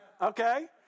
okay